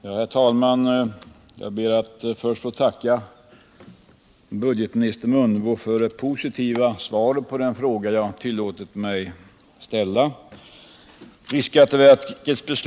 Herr talman! Jag ber att få tacka budgetminister Mundebo för det positiva svaret på den Ifråga jag har tillåtiv mig ställa.